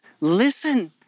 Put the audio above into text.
listen